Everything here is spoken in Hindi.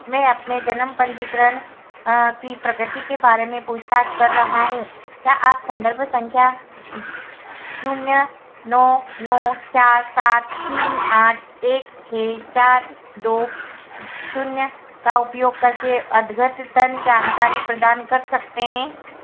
मैं अपने जन्म पन्जीकरण की प्रगति के बारे में पूछताछ कर रहा हूँ क्या आप सन्दर्भ सँख्या शून्य नौ नौ चार सात तीन आठ एक छह चार दो शून्य का उपयोग करके अद्यतन जानकारी प्रदान कर सकते हैं